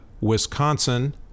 Wisconsin